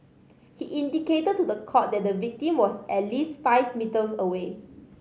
he indicated to the court that the victim was at least five metres away